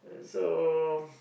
so